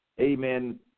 Amen